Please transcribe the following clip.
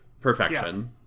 perfection